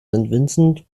vincent